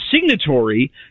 signatory